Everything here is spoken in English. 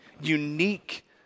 unique